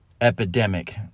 epidemic